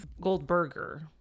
Goldberger